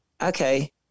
Okay